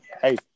hey